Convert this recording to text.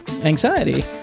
anxiety